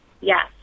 yes